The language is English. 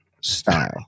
style